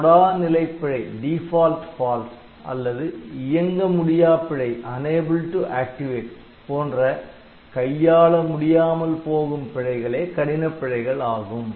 கொடா நிலைப் பிழை அல்லது இயங்க முடியா பிழை போன்ற கையாள முடியாமல் போகும் பிழைகளே கடினப் பிழைகள் ஆகும்